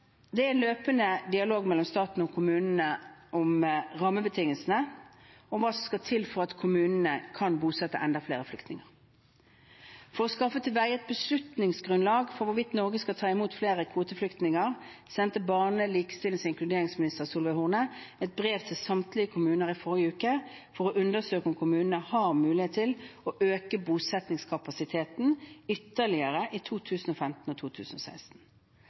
Det er en løpende dialog mellom staten og kommunene om rammebetingelsene og om hva som skal til for at kommunene kan bosette enda flere flyktninger. For å skaffe til veie et beslutningsgrunnlag for hvorvidt Norge skal ta imot flere kvoteflyktninger sendte barne-, likestillings- og inkluderingsminister Solveig Horne et brev til samtlige kommuner i forrige uke for å undersøke om kommunene har mulighet til å øke bosettingskapasiteten ytterligere i 2015 og 2016.